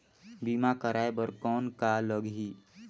बीमा कराय बर कौन का लगही?